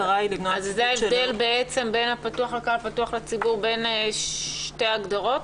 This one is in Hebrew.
זה ההבדל בין שתי ההגדרות?